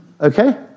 okay